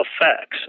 effects